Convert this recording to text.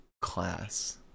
class